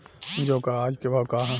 जौ क आज के भाव का ह?